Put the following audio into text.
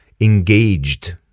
engaged